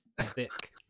Thick